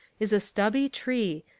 is a stubby tree,